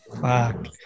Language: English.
fuck